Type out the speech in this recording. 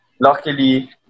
luckily